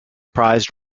prized